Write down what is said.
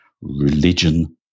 religion